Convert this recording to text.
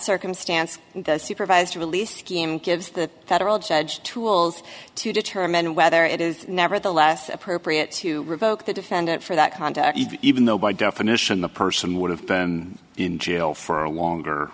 circumstance supervised release scheme gives the federal judge tools to determine whether it is nevertheless appropriate to revoke the defendant for that conduct even though by definition the person would have been in jail for a longer